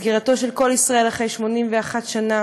סגירתו של קול ישראל אחרי 81 שנה,